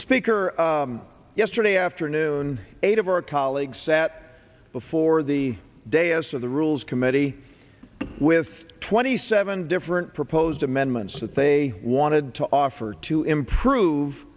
speaker yesterday afternoon eight of our colleagues sat before the day s of the rules committee with twenty seven different proposed amendments that they wanted to offer to improve